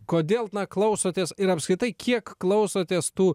kodėl klausotės ir apskritai kiek klausotės tų